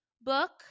book